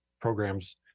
programs